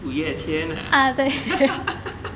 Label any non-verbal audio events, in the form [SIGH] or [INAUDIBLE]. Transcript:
五月天 ah [LAUGHS]